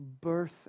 birth